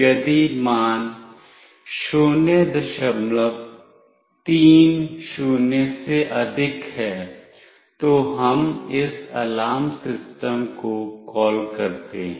यदि मान 030 से अधिक है तो हम इस अलार्म सिस्टम को कॉल करते हैं